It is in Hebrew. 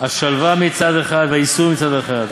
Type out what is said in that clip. השלווה מצד אחד והייסורין מצד אחד.